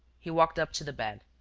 he walked up to the bed.